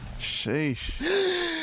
Sheesh